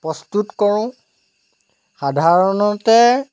প্ৰস্তুত কৰোঁ সাধাৰণতে